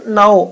now